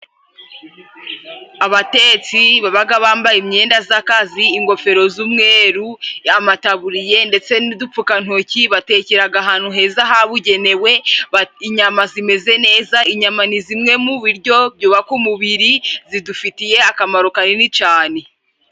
Abatetsi babaga bambaye imyenda z'akazi ingofero z'umweru, amataburiye ndetse n'udupfukantoki batekeraga ahantu heza habugenewe. Inyama zimeze neza inyama ni zimwe mu biryo, byubaka umubiri zidufitiye akamaro kanini cane.